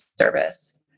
service